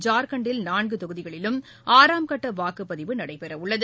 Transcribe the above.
ஜார்க்கண்டில் நான்கு தொகுதிகளிலும் ஆறாம் கட்ட வாக்குப்பதிவு நடைபெறவுள்ளது